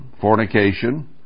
fornication